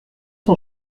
son